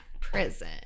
Prison